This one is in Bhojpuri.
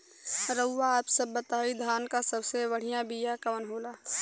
रउआ आप सब बताई धान क सबसे बढ़ियां बिया कवन होला?